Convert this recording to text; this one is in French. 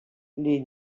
les